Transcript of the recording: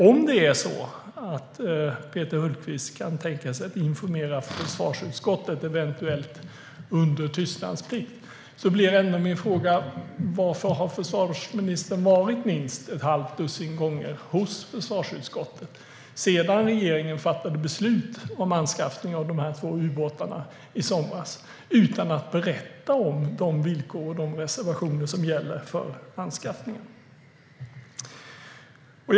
Om Peter Hultqvist kan tänka sig att informera försvarsutskottet, eventuellt under tystnadsplikt, blir min fråga: Varför har försvarsministern minst ett halvt dussin gånger varit hos försvarsutskottet - sedan regeringen fattade beslut om anskaffning av de två ubåtarna i somras - utan att berätta om de villkor och reservationer som gäller för anskaffning? Fru talman!